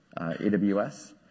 AWS